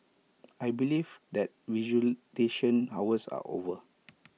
I believe that visitation hours are over